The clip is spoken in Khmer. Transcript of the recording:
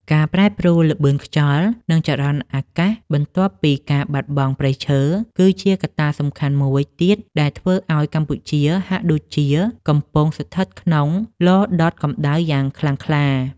ការប្រែប្រួលល្បឿនខ្យល់ និងចរន្តអាកាសបន្ទាប់ពីការបាត់បង់ព្រៃឈើ គឺជាកត្តាសំខាន់មួយទៀតដែលធ្វើឱ្យកម្ពុជាហាក់ដូចជាកំពុងស្ថិតក្នុងឡដុតកម្ដៅយ៉ាងខ្លាំងក្លា។